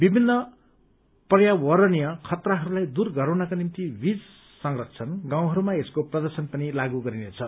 विभिन्न पर्यावरणीय खतराहरूलाई दूर गराउनका निम्ति वीज संरक्षण गाउँहरूमा यसको प्रदर्शन पनि लागू गरिनेछ